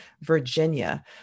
Virginia